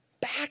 back